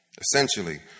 Essentially